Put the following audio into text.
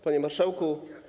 Panie Marszałku!